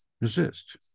resist